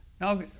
Now